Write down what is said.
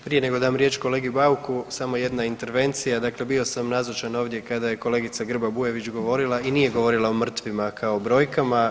Prije nego dam riječ kolegi Bauku samo jedna intervencija, dakle bio sam nazočan ovdje kada je kolegica Grba-Bujević govorila i nije govorila o mrtvima kao o brojkama.